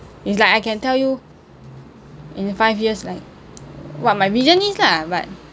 it's like I can tell you in five years like what my vision is lah but